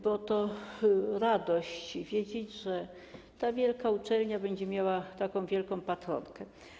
Bo to radość wiedzieć, że ta wielka uczelnia będzie miała taką wielką patronkę.